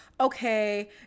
okay